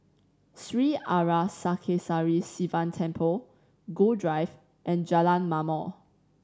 Sri Arasakesari Sivan Temple Gul Drive and Jalan Ma'mor